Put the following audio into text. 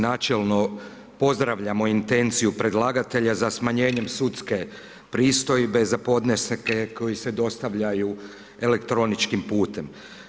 Načelno, pozdravljamo intenciju predlagatelja za smanjenje sudske pristojbe za podneske koji se dostavljaju elektroničkim putem.